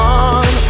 on